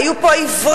היו פה העיוורים,